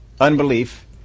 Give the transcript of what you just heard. unbelief